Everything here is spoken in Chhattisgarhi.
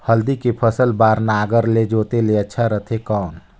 हल्दी के फसल बार नागर ले जोते ले अच्छा रथे कौन?